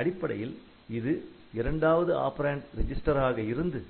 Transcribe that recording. அடிப்படையில் இது இரண்டாவது ஆப்பரேன்ட் ரிஜிஸ்டர் ஆக இருந்து